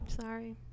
sorry